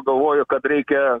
galvoju kad reikia